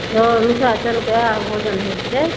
चौड़चन के भोजन होइ छै